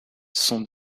son